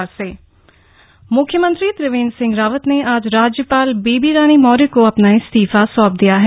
CM इस्तीफा मुख्यमंत्री त्रिवेंद्र सिंह रावत ने आज राज्यपाल बेबी रानी मौर्य को अपना इस्तीफा सौंप दिया है